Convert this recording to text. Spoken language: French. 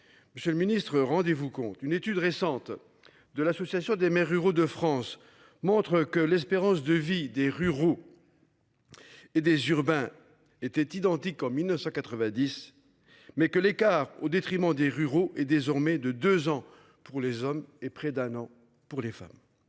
Monsieur le Ministre rendez-vous compte une étude récente. De l'Association des maires ruraux de France montre que l'espérance de vie des ruraux. Et des urbains étaient identiques en 1990 mais que l'écart au détriment des ruraux est désormais de 2 ans pour les hommes et près d'un an pour les femmes.